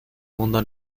mundo